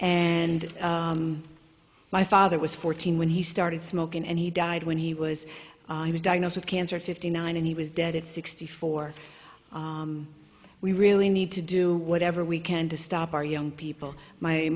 and my father was fourteen when he started smoking and he died when he was he was diagnosed with cancer fifty nine and he was dead at sixty four we really need to do whatever we can to stop our young people my